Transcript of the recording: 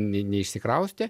ne neišsikraustė